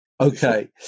Okay